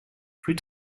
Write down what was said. plus